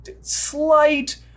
slight